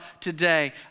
today